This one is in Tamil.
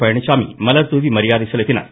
பழனிச்சாமி மலர் தூவி மரியாதை செலுத்தினார்